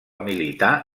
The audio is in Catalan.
militar